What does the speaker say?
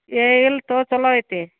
ಏಯ್ ಇಲ್ಲ ತೊಗೋ ಚೊಲೋ ಐತಿ